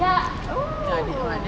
ya !woo!